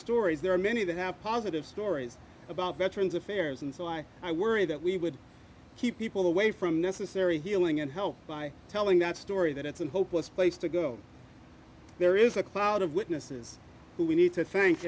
stories there are many that have positive stories about veterans affairs and so i i worry that we would keep people away from necessary healing and help by telling that story that it's a hopeless place to go there is a cloud of witnesses who we need to thank